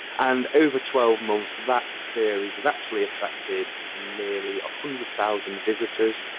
and over twelve months that series has actually attracted nearly a hundred thousand visitors,